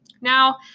Now